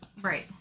Right